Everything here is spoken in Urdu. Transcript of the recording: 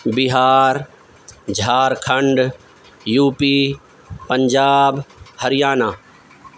Bihar Jharkhand U P Punjab Haryana